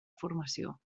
formació